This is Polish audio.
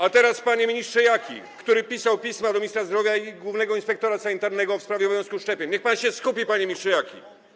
A teraz, panie ministrze Jaki, który pisał pisma do ministra zdrowia i głównego inspektora sanitarnego w sprawie obowiązku szczepień, niech się pan skupi, panie ministrze Jaki.